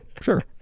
sure